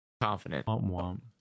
Confident